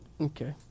Okay